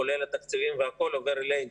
כולל התקציבים, עוברת אלינו.